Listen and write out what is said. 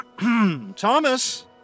Thomas